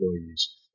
employees